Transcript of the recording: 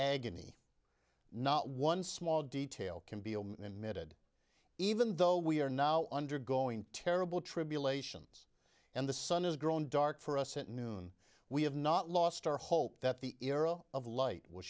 agony not one small detail can be in mid even though we are now undergoing terrible tribulations and the sun has grown dark for us at noon we have not lost our hope that the era of light w